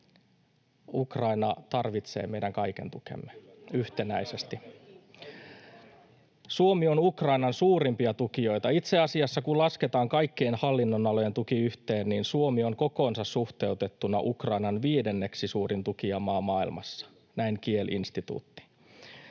Ukraina tarvitsee meidän kaiken tukemme yhtenäisesti. [Sosiaalidemokraattien ryhmästä: Kyllä!] Suomi on Ukrainan suurimpia tukijoita. Itse asiassa kun lasketaan kaikkien hallinnonalojen tuki yhteen, niin Suomi on kokoonsa suhteutettuna Ukrainan viidenneksi suurin tukijamaa maailmassa — näin Kiel-instituutti.